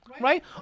right